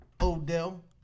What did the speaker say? Odell